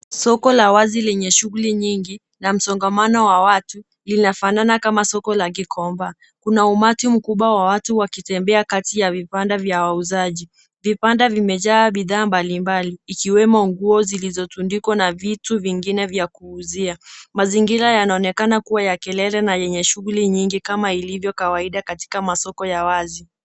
Soko la wazi lenye shughuli nyingi na msongamano wa watu inafanana kama soko la Gikomba. Kuna umati mkubwa wa watu ukitembea kati ya viwanda vya wauzaji. Vibanda vimejaa bidhaa mbalimbali ikiwemo nguo zilizotundikwa na vitu vingine vya kuuzia. Mazingira yanaonekana kuwa ya kelele na yenye shughuli nyingi kama ilivyo kawaida katika masoko ya wazi.